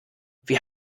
wir